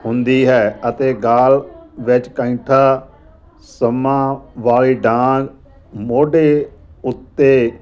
ਹੁੰਦੀ ਹੈ ਅਤੇ ਗਲ ਵਿੱਚ ਕੈਂਠਾ ਸੰਮਾਂ ਵਾਲੀ ਡਾਂਗ ਮੋਢੇ ਉੱਤੇ